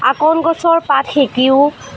আকন গছৰ পাত সেকিও